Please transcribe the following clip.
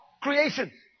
creation